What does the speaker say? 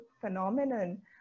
phenomenon